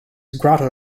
grotto